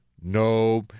no